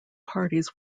parties